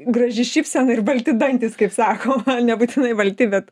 graži šypsena ir balti dantys kaip sakoma nebūtinai balti bet